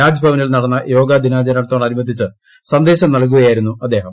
രാജ്ഭവനിൽ നടന്ന യോഗാ ദിനാചരണത്തോട് അനുബന്ധിച്ച് സന്ദേശം നൽകുകയായിരുന്നു അദ്ദേഹം